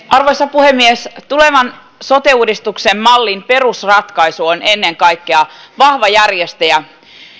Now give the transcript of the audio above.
arvoisa puhemies tulevan sote uudistuksen mallin perusratkaisu on ennen kaikkea vahva järjestäjä